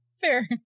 Fair